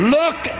look